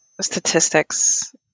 statistics